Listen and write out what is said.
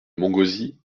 montgauzy